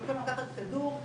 שבמקום לקחת כדור,